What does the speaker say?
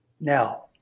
now